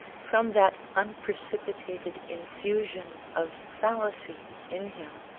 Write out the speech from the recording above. from that unprecipitated infusion of fallacy in him